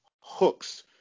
hooks